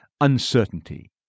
Uncertainty